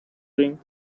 ring